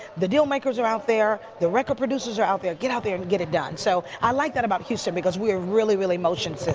the deal makers are out there. the record producers are out there. get out there and get it done. so i like that about houston because we're really, really emotional.